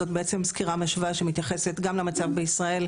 זאת בעצם סקירה משווה שמתייחסת גם למצב בישראל,